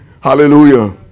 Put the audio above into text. Hallelujah